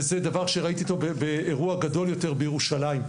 וזה דבר שראיתי אותו באירוע גדול יותר בירושלים.